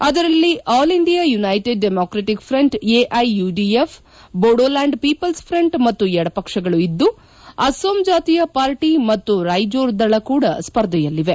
ಅದರಲ್ಲಿ All India United Democratic Front AIUDF Bodoland People's Front ಮತ್ತು ಎಡಪಕ್ಷಗಳು ಇದ್ಲು ಅಸ್ಲೋಂ ಜಾತಿಯ ಪಾರ್ಟಿ ಮತ್ತು ರೈಜೋರ್ ದಳ ಕೂಡ ಸ್ಪರ್ಧೆಯಲ್ಲಿವೆ